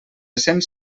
cents